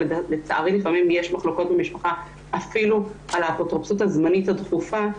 ולצערי לפעמים יש מחלוקות במשפחה אפילו על האפוטרופסות הזמנית הדחופה,